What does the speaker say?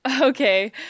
Okay